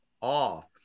off